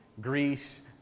Greece